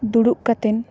ᱫᱩᱲᱩᱵ ᱠᱟᱛᱮ